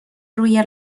روی